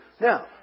Now